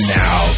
now